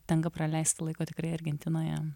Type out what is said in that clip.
tenka praleisti laiko tikrai argentinoje